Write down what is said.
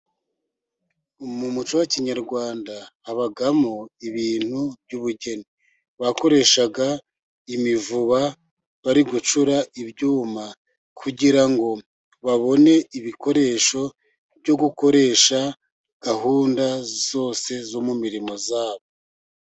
Mu muco wa kinyarwanda habamo ibintu by'ubugeni. Bakoreshaga imivuba bari gucura ibyuma, kugira ngo babone ibikoresho byo gukoresha gahunda zose zo mu mirimo yabo.